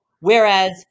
Whereas